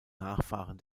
nachfahren